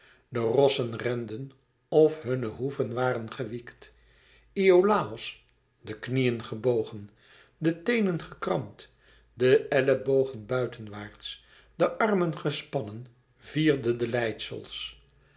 de rossen renden of hunne hoeven waren gewiekt iolàos de knieën gebogen de teenen gekrampt de elbogen buitenwaarts de armen gespannen vierde de